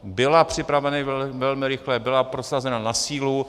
Byla připravena velmi rychle, byla prosazena na sílu.